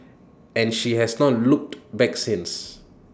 and she has not looked back since